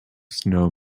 snow